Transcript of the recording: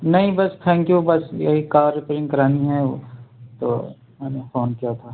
نہیں بس thank you بس یہی کار ریپیرنگ کرانی ہے تو میں نے فون کیا تھا